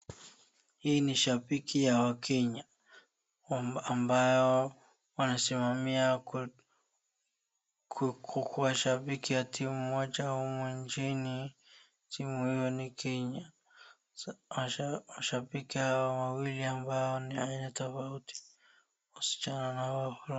Hii ni shabaki ya wakenya ambao wanasimamia kukuwa shabiki wa timu moja humu chini, timu hiyo ni Kenya. Washabiki hawa wawili ambao ni aina tofauti wasichana na wavulana.